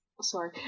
sorry